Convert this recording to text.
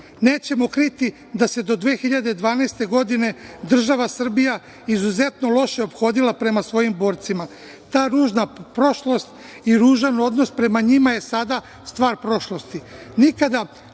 vlast. Nećemo kriti da se do 2012. godine država Srbija izuzetno loše ophodila prema svojim borcima. Ta ružna prošlost i ružan odnos prema njima je sada stvar prošlosti.